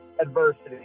Adversity